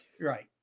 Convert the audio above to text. right